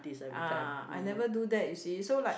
ah I never do that you see so like